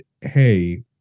hey